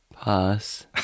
Pass